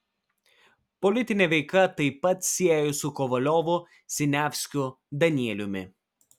politinė veika taip pat siejo su kovaliovu siniavskiu danieliumi